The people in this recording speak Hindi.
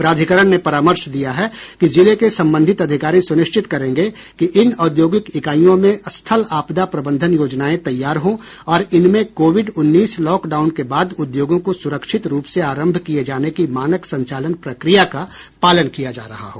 प्राधिकरण ने परामर्श दिया है कि जिले के संबंधित अधिकारी सुनिश्चित करेंगे कि इन औद्योगिक इकाइयों में स्थल आपदा प्रबंधन योजनाएं तैयार हो और इनमें कोविड उन्नीस लॉकडाउन के बाद उद्योगों को सुरक्षित रूप से आरंभ किये जाने की मानक संचालन प्रक्रिया का पालन किया जा रहा हो